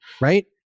Right